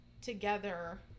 together